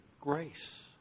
grace